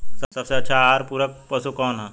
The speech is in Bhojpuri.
सबसे अच्छा आहार पूरक पशु कौन ह?